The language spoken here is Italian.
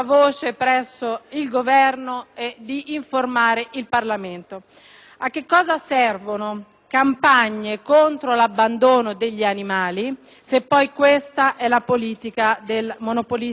a che cosa servano campagne contro l'abbandono degli animali se poi questa è la politica del monopolista Trenitalia; a che cosa servano campagne per l'uso dei mezzi